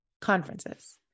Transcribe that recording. conferences